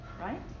Right